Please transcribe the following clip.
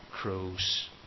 crows